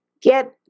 get